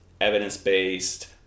evidence-based